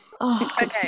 Okay